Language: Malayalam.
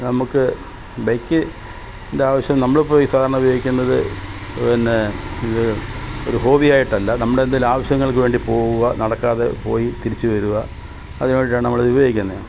നമ്മൾക്ക് ബൈക്കിൻ്റെ ആവശ്യം നമ്മൾ ഇപ്പം ഈ സാധാരണ ഉപയോഗിക്കുന്നത് പിന്നെ ഇത് ഒരു ഹോബി ആയിട്ടല്ല നമ്മുടെ എന്തെങ്കിലും ആവശ്യങ്ങൾക്ക് വേണ്ടി പോവുക നടക്കാതെ പോയി തിരിച്ച് വരിക അതിന് വേണ്ടിയിട്ടാണ് നമ്മൾ ഇത് ഉപയോഗിക്കുന്നത്